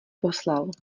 poslal